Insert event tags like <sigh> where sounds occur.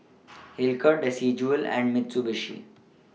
<noise> Hilker Desigual and Mitsubishi